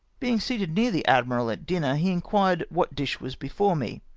being seated near the admhal at dinner, he inquired what dish was before me.